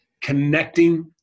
connecting